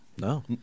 No